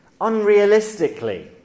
unrealistically